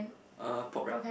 uh pop rap